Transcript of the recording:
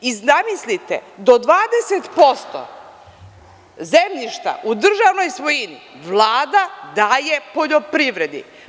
I zamislite, do 20% zemljišta u državnoj svojini Vlada daje poljoprivredi.